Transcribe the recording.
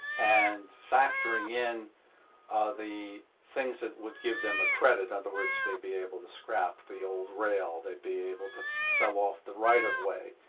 and factoring in the things that would give them a credit. in other words, they'd be able to scrap the old rail they'd be able to sell off the right-of-way,